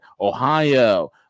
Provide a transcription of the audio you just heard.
Ohio